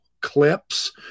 clips